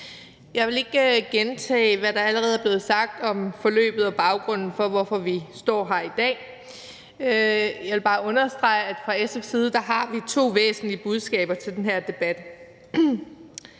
Jeg vil ikke gentage, hvad der allerede er blevet sagt om forløbet og baggrunden for, hvorfor vi står her i dag. Jeg vil bare understrege, at fra SF's side har vi to væsentlige budskaber til den her debat.